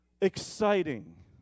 Exciting